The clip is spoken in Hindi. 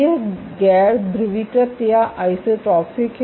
यह गैर ध्रुवीकृत या आइसोट्रोपिक है